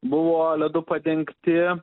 buvo ledu padengti